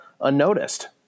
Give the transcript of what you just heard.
unnoticed